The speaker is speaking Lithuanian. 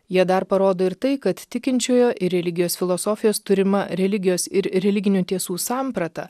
jie dar parodo ir tai kad tikinčiojo ir religijos filosofijos turima religijos ir religinių tiesų samprata